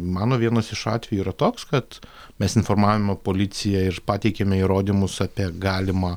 mano vienas iš atvejų yra toks kad mes informavome policiją ir pateikėme įrodymus apie galimą